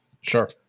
sure